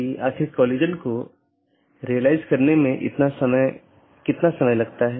एक IBGP protocol है जो कि सब चीजों से जुड़ा हुआ है